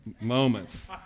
moments